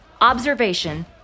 observation